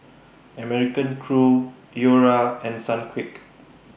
American Crew Iora and Sunquick